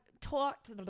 talked